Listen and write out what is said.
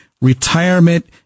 retirement